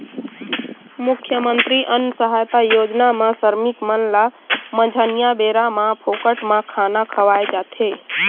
मुख्यमंतरी अन्न सहायता योजना म श्रमिक मन ल मंझनिया बेरा म फोकट म खाना खवाए जाथे